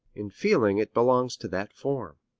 in feeling it belongs to that form.